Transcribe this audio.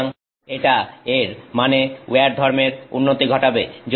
সুতরাং এটা এর মানে উইয়ার ধর্মের উন্নতি ঘটাবে